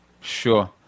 Sure